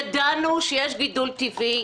ידענו שיש גידול טבעי,